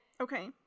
Okay